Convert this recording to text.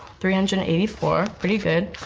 three hundred and eighty four, pretty good.